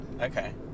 Okay